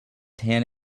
tan